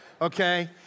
okay